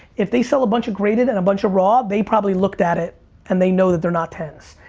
if they sell a bunch of graded and a bunch of raw, they probably looked at it and they know that they're not ten s.